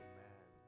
Amen